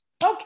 Okay